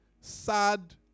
sad